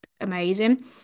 amazing